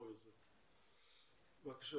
אכן